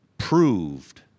Proved